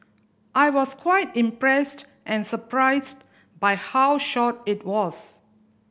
I was quite impressed and surprised by how short it was